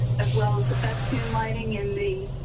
as well as the festooned lighting in the